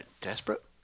desperate